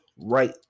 right